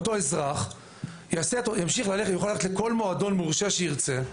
אותו אזרח ימשיך ללכת ויוכל ללכת לכל מועדון מורשה שהוא ירצה,